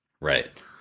Right